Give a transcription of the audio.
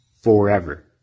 forever